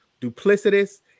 duplicitous